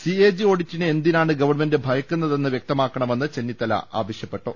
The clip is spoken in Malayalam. സി എ ജി ഓഡിറ്റിനെ എന്തിനാണ് ഗവൺമെന്റ് ഭയക്കുന്നതെന്ന് വ്യക്തമാക്കണമെന്ന് ചെന്നിത്തല ആവശ്യപ്പെട്ടു